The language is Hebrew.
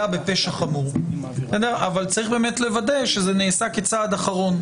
בפשע חמור אבל צריך באמת לוודא שזה נעשה כצעד אחרון.